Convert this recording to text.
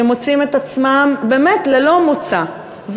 שמוצאים את עצמם באמת ללא מוצא.